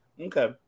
okay